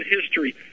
history